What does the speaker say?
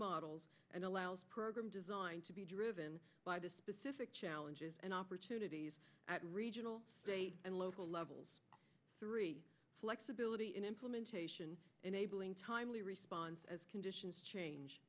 models and allows program design to be driven by the specific challenges and opportunities at regional and local levels three flexibility in implementation enabling timely response as conditions change